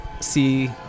see